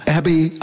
Abby